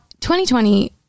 2020